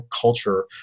culture